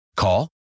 Call